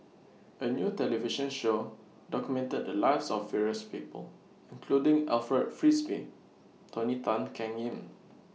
A New television Show documented The Lives of various People including Alfred Frisby Tony Tan Keng Yam